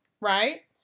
right